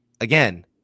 again